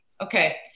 okay